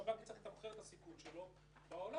והבנק יצטרך לתמחר את הסיכון שלו בעולם